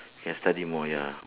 can study more ya